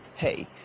Hey